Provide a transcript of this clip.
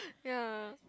ya